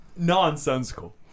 nonsensical